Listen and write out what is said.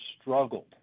struggled